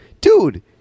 Dude